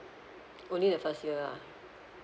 only the first year ah